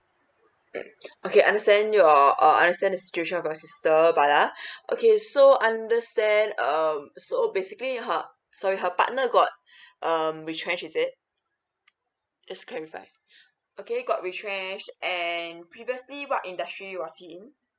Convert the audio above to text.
mm okay understand your uh understand the situation of your sister but ah okay so understand um so basically her sorry her partner got um retrench is it just clarify okay got retrenched and previously what industry was he in